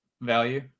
value